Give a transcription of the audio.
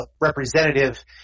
representative